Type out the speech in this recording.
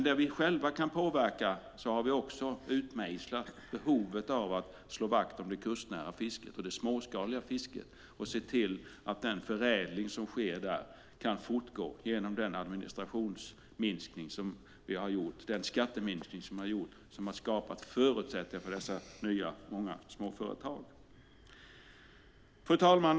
Där vi själva kan påverka har vi också utmejslat behovet av att slå vakt om det kustnära fisket och det småskaliga fisket och se till att den förädling som sker där kan fortgå genom den administrations och skatteminskning som vi har gjort och som har skapat förutsättningar för dessa många nya småföretag. Fru talman!